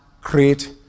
create